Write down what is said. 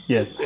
Yes